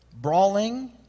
brawling